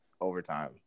overtime